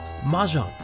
Mahjong